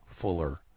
Fuller